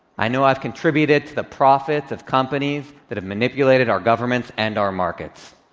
i know i've contributed to the profits of companies that have manipulated our governments and our markets.